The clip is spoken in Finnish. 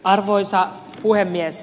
arvoisa puhemies